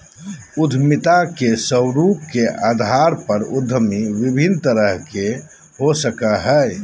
उद्यमिता के स्वरूप के अधार पर उद्यमी विभिन्न तरह के हो सकय हइ